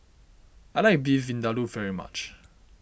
I like Beef Vindaloo very much